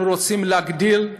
אנחנו רוצים להגדיל,